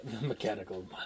mechanical